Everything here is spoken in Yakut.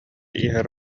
иһэр